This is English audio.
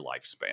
lifespan